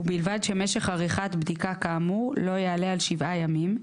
ובלבד שמשך עריכת בדיקה כאמור לא יעלה על שבעה ימים,